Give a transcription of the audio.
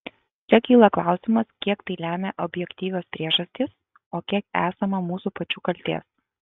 čia kyla klausimas kiek tai lemia objektyvios priežastys o kiek esama mūsų pačių kaltės